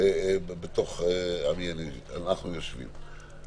בתוך עמי אנוכי יושב.